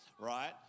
Right